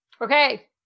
Okay